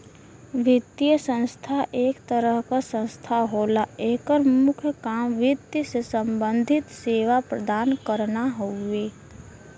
वित्तीय संस्था एक तरह क संस्था होला एकर मुख्य काम वित्त से सम्बंधित सेवा प्रदान करना हउवे